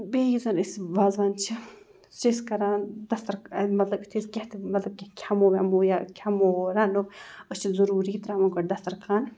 بیٚیہِ یُس زَن أسۍ وازوان چھِ سُہ چھِ أسۍ کَران دَستر مطلب یُتھُے أسۍ کینٛہہ تہِ مطلب کینٛہہ کھٮ۪مو وٮ۪مو یا کھٮ۪مو رَنو أسۍ چھِ ضٔروٗری ترٛاوان گۄڈٕ دَستَرخان